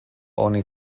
oni